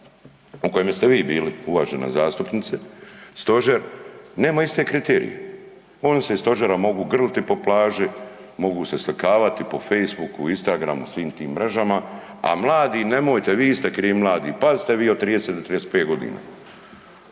u kojemu ste vi bili, uvažena zastupnice, stožer nema iste kriterije. Oni se iz Stožera mogu grliti po plaži, mogu se slikavati po Facebooku, Instagramu, svim tim mrežama, a mladi, nemojte, vi ste .../Govornik se ne razumije./... pazite vi od 30 do 35 godina